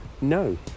no